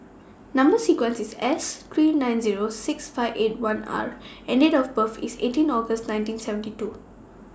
Number sequence IS S three nine Zero six five eight one R and Date of birth IS eighteen August nineteen seventy two